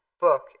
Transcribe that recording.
book